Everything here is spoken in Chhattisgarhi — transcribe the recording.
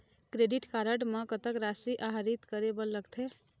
क्रेडिट कारड म कतक राशि आहरित करे बर लगथे?